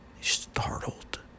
startled